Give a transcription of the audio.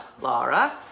Laura